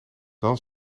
dan